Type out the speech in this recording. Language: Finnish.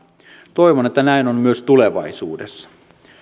toivon että näin on myös tulevaisuudessa